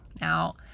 Now